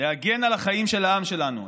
להגן על החיים של העם שלנו.